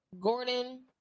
gordon